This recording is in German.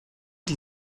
die